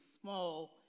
small